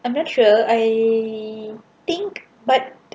I'm not sure I think but